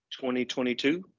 2022